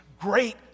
great